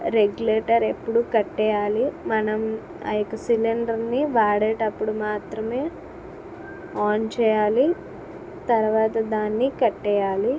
regulator ఎప్పుడు కట్టేయ్యాలి మనం ఆ యొక్క సిలెండర్ని వాడేటప్పుడు మాత్రమే ఆన్ చెయ్యాలి తర్వాత దాన్ని కట్టెయ్యాలి